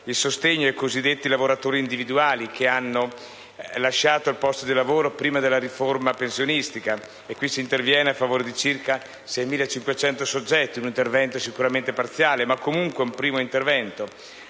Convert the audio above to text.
lavoratori cosiddetti licenziati individuali, che hanno lasciato il posto di lavoro prima della riforma pensionistica (qui si interviene a favore di circa 6.500 soggetti, un intervento sicuramente parziale, ma comunque un primo intervento);